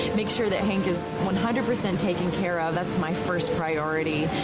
make sure that hank is one hundred percent taken care of. that's my first priority.